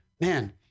Man